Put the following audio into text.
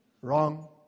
Wrong